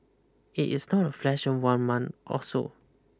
it is not a flash of one month or so